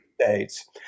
States